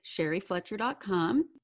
sherryfletcher.com